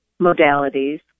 modalities